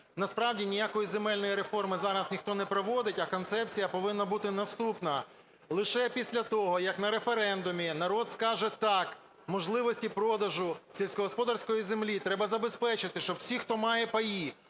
Насправді ніякої земельної реформи зараз ніхто не проводить, а концепція повинна бути наступна. Лише після того як на референдумі народ скаже "так" можливості продажу сільськогосподарської землі, треба забезпечити, щоб всі, хто має паї,